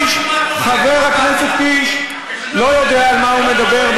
חבל שאתה לא יודע על מה אתה מדבר.